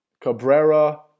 Cabrera